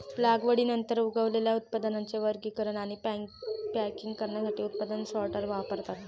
लागवडीनंतर उगवलेल्या उत्पादनांचे वर्गीकरण आणि पॅकिंग करण्यासाठी उत्पादन सॉर्टर वापरतात